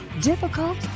Difficult